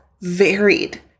varied